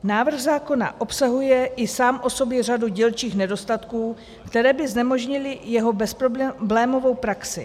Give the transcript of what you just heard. Návrh zákona obsahuje i sám o sobě řadu dílčích nedostatků, které by znemožnily jeho bezproblémovou praxi.